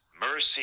mercy